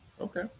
okay